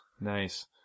Nice